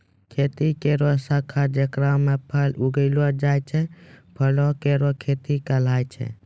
खेती केरो शाखा जेकरा म फल उगैलो जाय छै, फलो केरो खेती कहलाय छै